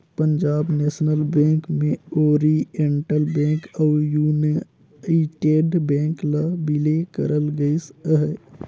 Punjab national bank में oriental bank अउ united bank ल बिले करल गइस अहे